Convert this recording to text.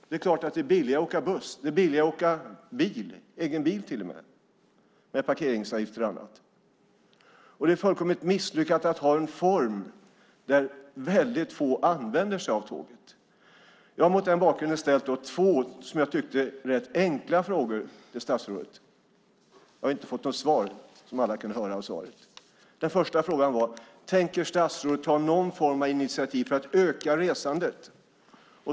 Det är klart att det är billigare att åka buss och billigare att åka egen bil, med parkeringsavgifter och annat. Det är fullkomligt misslyckat att ha en form där väldigt få använder sig av tåget. Jag har mot den bakgrunden ställt två, som jag tyckte, rätt enkla frågor till statsrådet. Jag har inte fått något svar, som alla kunde höra av svaret. Den första frågan var: Tänker statsrådet ta någon form av initiativ för att öka resandet?